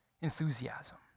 enthusiasm